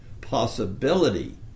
possibility